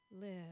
live